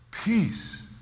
peace